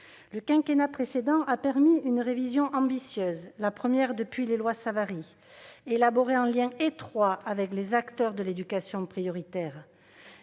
Le quinquennat précédent a permis une révision ambitieuse, la première depuis les lois Savary. Élaborée en lien étroit avec les acteurs de l'éducation prioritaire,